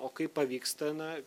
o kaip pavyksta na